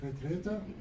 Vertreter